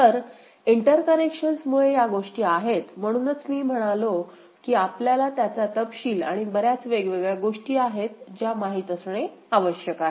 तर इंटरकनेक्शन्स मुळे या गोष्टी आहेत म्हणूनच मी म्हणालो की आपल्याला त्याचा तपशील आणि बर्याच वेगवेगळ्या गोष्टी आहेत ज्या माहित असणे आवश्यक आहे